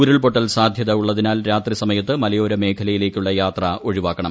ഉരുൾപൊട്ടൽ സാധ്യത ഉള്ളതിനാൽ രാത്രി സമയത്ത് മലയോര മേഖലയിലേക്കുള്ള യാത്ര ഒഴിവാക്കണം